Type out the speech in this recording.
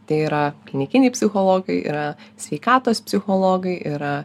tai yra klinikiniai psichologai yra sveikatos psichologai yra